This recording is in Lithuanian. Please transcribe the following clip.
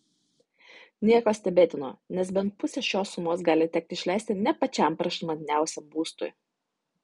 nieko stebėtino nes bent pusę šios sumos gali tekti išleisti ne pačiam prašmatniausiam būstui